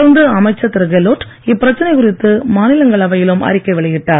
தொடர்ந்து அமைச்சர் திரு கெலோட் இப்பிரச்சனை குறித்து மாநிலங்களவையிலும் அறிக்கை வெளியிட்டார்